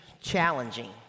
challenging